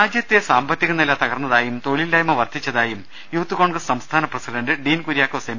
രാജ്യത്തെ സാമ്പത്തികനില തകർന്നതായും തൊഴിലില്ലായ്മ വർധി ച്ചതായും യൂത്ത് കോൺഗ്രസ് സംസ്ഥാന്യ president Dean Kuriakose M